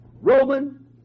Roman